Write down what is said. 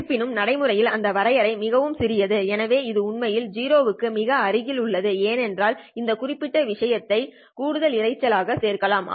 இருப்பினும் நடைமுறையில் இந்த வரையறை மிகவும் சிறியது எனவே இது உண்மையில் 0 க்கு மிக அருகில் உள்ளது இல்லையென்றால் இந்த குறிப்பிட்ட விஷயத்தை கூடுதல் இரைச்சல் ஆக சேர்க்கலாம்